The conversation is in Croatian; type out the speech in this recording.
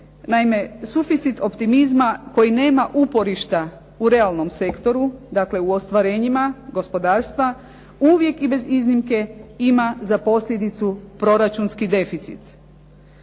Naime, suficit optimizma koji nema uporišta u realnom sektoru, dakle u ostvarenjima gospodarstva uvijek i bez iznimke ima za posljedicu proračunski deficit.